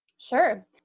Sure